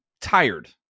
tired